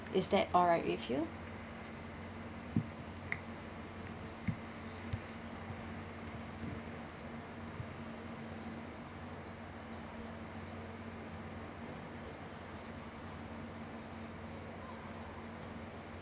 is that alright with you